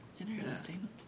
Interesting